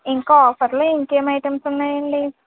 ఇంకా ఆఫర్లో ఇంకేం ఐటమ్స్ ఉన్నాయండి